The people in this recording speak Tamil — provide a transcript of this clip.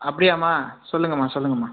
அப்படியாம்மா சொல்லுங்கள்ம்மா சொல்லுங்கள்ம்மா